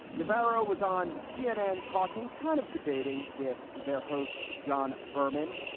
navarro was on cnn talking, kind of debating with their host, john berman.